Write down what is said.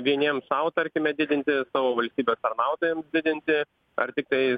vieniems sau tarkime didinti savo valstybės tarnautojams didinti ar tiktai